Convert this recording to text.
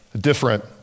different